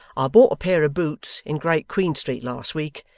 i bought a pair of boots in great queen street last week,